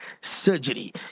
surgery